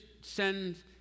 send